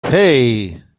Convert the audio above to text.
hey